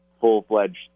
full-fledged